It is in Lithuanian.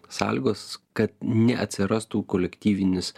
sąlygos kad neatsirastų kolektyvinis